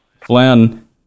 Flynn